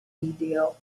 video